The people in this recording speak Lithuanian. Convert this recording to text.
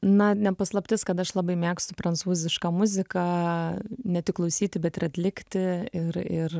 na ne paslaptis kad aš labai mėgstu prancūzišką muziką ne tik klausyti bet ir atlikti ir ir